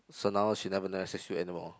so now she never message you anymore